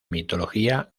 mitología